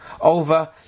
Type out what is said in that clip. over